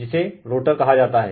जिसे रोटर कहा जाता हैं